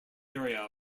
area